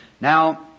Now